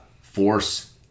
force